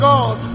God